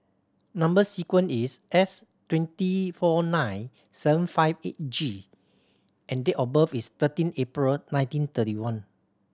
number sequence is S twenty four nine seven five eight G and date of birth is thirteen April nineteen thirty one